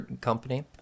company